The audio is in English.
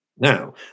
Now